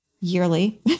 yearly